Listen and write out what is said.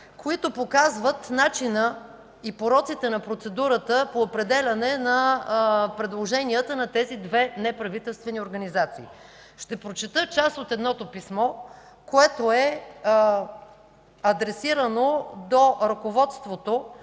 които показват начина и пороците на процедурата по определяне на предложенията на тези две неправителствени организации. Ще прочета част от едното писмо, адресирано до ръководството